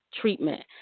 treatment